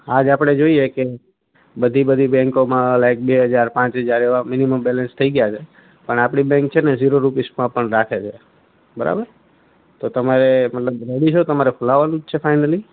આ જ આપણે જોઇએ કે બધી બધી બેન્કોમાં લાઇક બે હજાર પાંચ હજાર એવા મિનિમમ બેલેન્સ થઇ ગયાં છે પણ આપણી બેંક છે ને ઝીરો રુપીઝમાં પણ રાખે છે બરાબર તો તમારે મતલબ રેડી છો તમારે ખોલાવવાનું જ છે ફાઇનલી